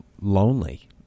lonely